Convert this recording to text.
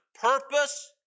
purpose